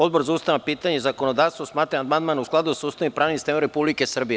Odbor za ustavna pitanja i zakonodavstvo smatra da je amandman u skladu sa Ustavom i pravnim sistemom Republike Srbije.